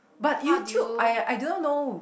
but YouTube I I didn't know